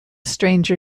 stranger